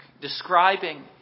describing